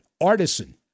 artisan